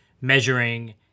measuring